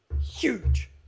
Huge